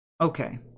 Okay